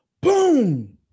boom